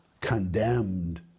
condemned